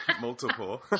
multiple